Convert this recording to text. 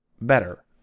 better